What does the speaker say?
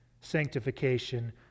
sanctification